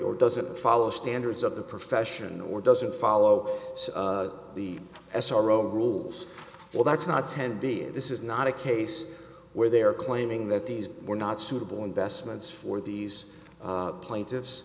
or doesn't follow standards of the profession or doesn't follow the s r o rules well that's not ten b this is not a case where they are claiming that these were not suitable investments for these plain